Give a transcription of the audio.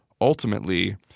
ultimately